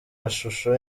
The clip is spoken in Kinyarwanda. mashusho